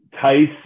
Tice